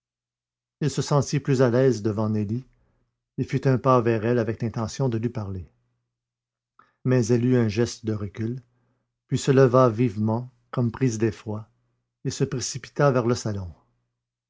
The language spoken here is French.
il se sentit plus à l'aise devant nelly et fit un pas vers elle avec l'intention de lui parler mais elle eut un geste de recul puis se leva vivement comme prise d'effroi et se précipita vers le salon